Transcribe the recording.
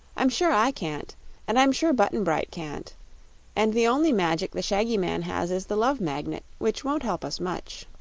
i'm sure i can't and i'm sure button-bright can't and the only magic the shaggy man has is the love magnet, which won't help us much.